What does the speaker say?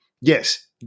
yes